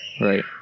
Right